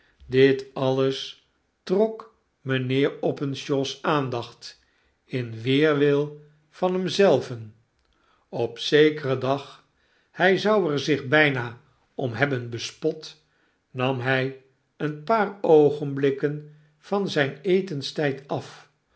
dit alles trok mijnheer openshaw's aandacht inweerwil van hem zelven op zekeren dag hij zou er zich bijna om hebben bespot nam hij een paar oogenblikken van zijn etenstijd af